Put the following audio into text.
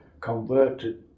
converted